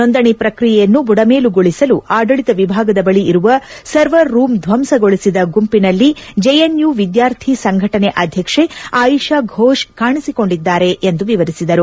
ನೋಂದಣಿ ಪ್ರಕ್ರಿಯೆಯನ್ನು ಬುಡಮೇಲುಗೊಳಿಸಲು ಆಡಳಿತ ವಿಭಾಗದ ಬಳಿ ಇರುವ ಸರ್ವರ್ ರೂಮ್ ದ್ದಂಸಗೊಳಿಸಿದ ಗುಂಪಿನಲ್ಲಿ ಜೆಎನ್ಯು ವಿದ್ವಾರ್ಥಿ ಸಂಘಟನೆ ಆಧ್ಯಕ್ಷೆ ಆಯಿತೆ ಘೋಷ್ ಕಾಣಿಸಿಕೊಂಡಿದ್ದಾರೆ ಎಂದು ವಿವರಿಸಿದರು